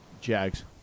Jags